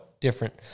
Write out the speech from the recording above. different